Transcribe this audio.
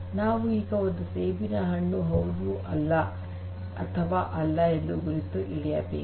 ನಾವು ಈಗ ಇದು ಸೇಬಿನ ಹಣ್ಣು ಹೌದು ಅಥವಾ ಎಲ್ಲ ಎಂದು ಗುರುತು ಹಿಡಿಯಬೇಕು